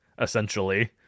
essentially